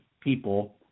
people